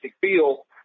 feel